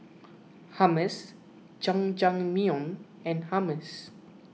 Hummus Jajangmyeon and Hummus